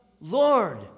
Lord